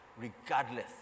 regardless